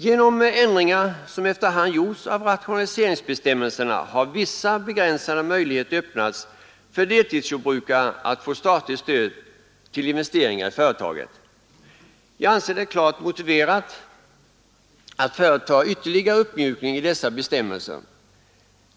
Genom ändringar som efter hand gjorts av rationaliseringsbestämmelserna har vissa begränsade möjligheter öppnats för det mindre jordbruket att få statligt stöd till investeringar i företaget. Jag anser det klart motiverat att företa ytterligare uppmjukningar i dessa bestämmelser.